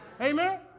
Amen